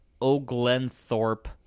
O'Glenthorpe